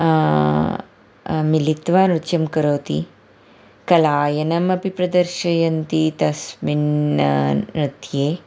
मिलित्वा नृत्यं करोति कलायनमपि प्रदर्शयन्ति तस्मिन् नृत्ये